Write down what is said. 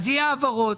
יהיה מדובר על העברות.